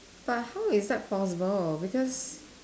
but how is that plausible because